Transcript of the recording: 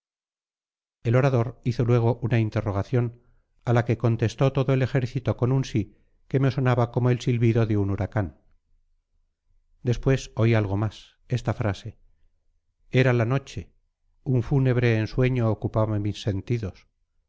el orador hizo luego una interrogación a la que contestó todo el ejército con un sí que me sonaba como el silbido de un huracán después oí algo más esta frase era la noche un fúnebre ensueño ocupaba mis sentidos